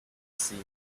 scene